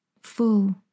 full